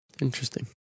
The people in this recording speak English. Interesting